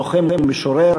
לוחם ומשורר,